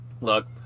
Look